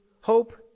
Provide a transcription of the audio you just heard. hope